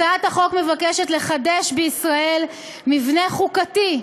הצעת החוק מבקשת לחדש בישראל מבנה חוקתי,